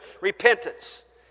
Repentance